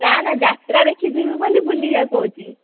ନା ନା ଯାତ୍ରା ଦେଖି ଯିବି ବୋଲି ବୁଲିବାକୁ କହୁଛି